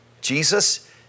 Jesus